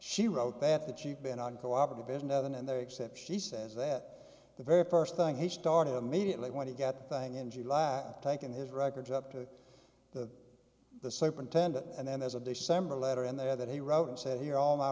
she wrote that the cheap been uncooperative is no then and there except she says that the very first thing he started immediately when he get thing in july taken his records up to the the superintendent and then there's a day summer letter in there that he wrote and said here all